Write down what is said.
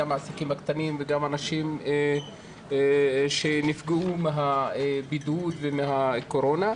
גם העסקים הקטנים וגם אנשים שנפגעו מהבידוד ומהקורונה,